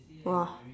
!wah!